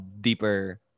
deeper